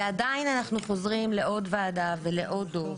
ועדיין אנחנו חוזרים לעוד ועדה ולעוד דוח.